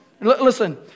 Listen